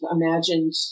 imagined